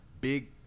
big